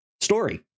story